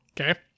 okay